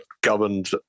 governed